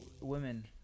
Women